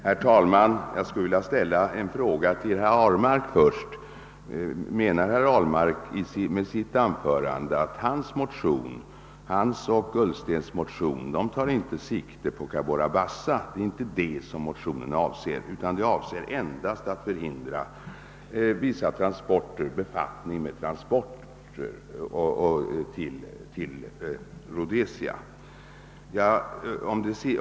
Herr talman! Jag skulle först vilja ställa en fråga till herr Ahlmark. Menar herr Ahlmark med sitt anförande att hans och herr Ullstens motion inte tar sikte på Cabora Bassa? är det inte det som motionen avser, utan är syftet endast att förhindra befattning med vista transporter till Rhodesia?